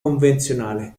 convenzionale